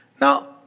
Now